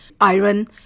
iron